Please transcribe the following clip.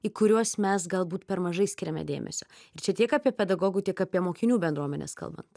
į kuriuos mes galbūt per mažai skiriame dėmesio ir čia tiek apie pedagogų tiek apie mokinių bendruomenės kalbant